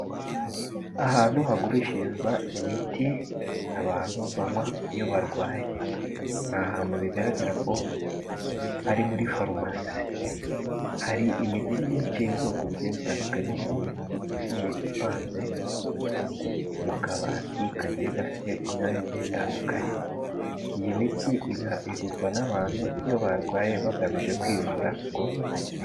Ahantu hagurishirizwa imiti, abantu banywa iyo barwaye n'ahantu bigaragara ko ari muri farumasi, hari imiti myinshi y'ubwoko bugiye butandukanye, imiti igiye ipanze mu kabati kagiye gafite imyanya igiye itandukanye, iyi miti igurwa n'abantu iyo barwaye bagamije kwivura ngo bakire.